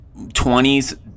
20s